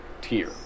tier